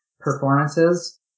performances